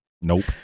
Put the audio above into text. Nope